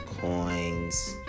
coins